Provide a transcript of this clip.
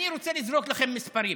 אני רוצה לזרוק לכם מספרים,